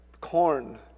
corn